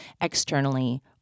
externally